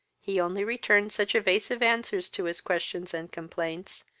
he only returned such evasive answers to his questions and complaints,